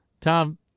Tom